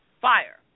Fire